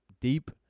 deep